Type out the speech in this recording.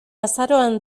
azaroan